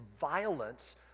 violence